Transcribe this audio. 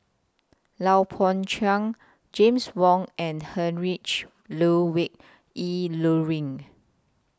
Lui Pao Chuen James Wong and Heinrich Ludwig Emil Luering